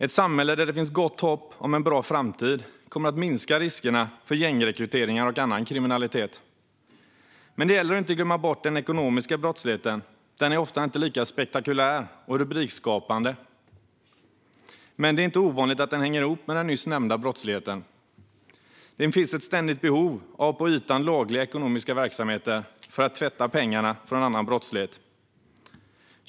Ett samhälle där det finns gott hopp om en bra framtid kommer att minska riskerna för gängrekryteringar och annan kriminalitet. Men det gäller att inte glömma bort den ekonomiska brottsligheten. Den är ofta inte lika spektakulär och rubrikskapande, men det är inte ovanligt att den hänger ihop med den nyss nämnda brottsligheten. Det finns ett ständigt behov av på ytan lagliga ekonomiska verksamheter för att tvätta pengarna från annan brottslighet.